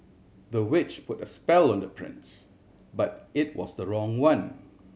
the witch put a spell on the prince but it was the wrong one